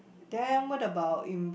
then what about in